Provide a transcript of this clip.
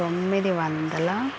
తొమ్మిది వందల